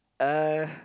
uh